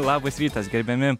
labas rytas gerbiami